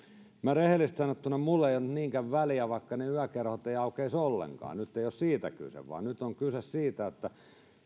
rehellisesti sanottuna minulle ei ole niinkään väliä vaikka ne yökerhot eivät aukeaisi ollenkaan nyt ei ole siitä kyse vaan nyt on kyse siitä että